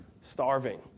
starving